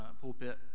pulpit